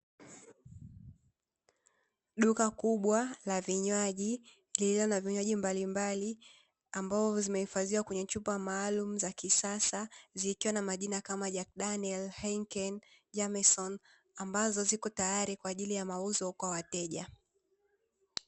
Duka kubwa la vinywaji likiwa na vinywaji mbalimbali ambavyo zimehifadhiwa kwenye chupa maalumu za kisasa, zikiwa na majina kama "jack daniel, henkeni, jameson" ambazo ziko tayari kwa ajili ya mauzo kwa wateja.